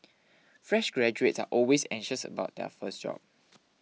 fresh graduates are always anxious about their first job